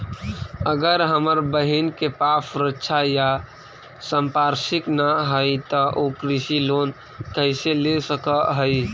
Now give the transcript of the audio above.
अगर हमर बहिन के पास सुरक्षा या संपार्श्विक ना हई त उ कृषि लोन कईसे ले सक हई?